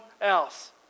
else